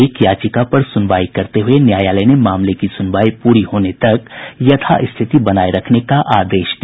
एक याचिका पर सुनवाई करते हुये न्यायालय ने मामले की सुनवाई पूरी होने तक यथा स्थिति बनाये रखने का आदेश दिया